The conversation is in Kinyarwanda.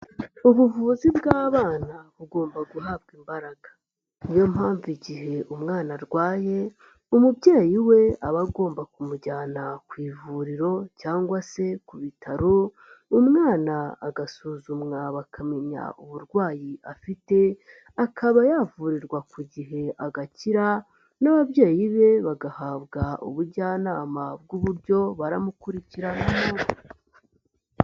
Ubuvuzi bw'abana bugomba guhabwa imbaraga niyo mpamvu igihe umwana arwaye umubyeyi we aba agomba kumujyana ku ivuriro cyangwa se ku bitaro umwana agasuzumwa bakamenya uburwayi afite akaba yavurirwa ku gihe agakira n'ababyeyi be bagahabwa ubujyanama bw'uburyo baramukurikiranamo.